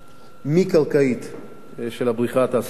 מהקרקעית של הבריכה התעשייתית.